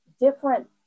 different